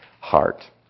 heart